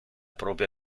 propria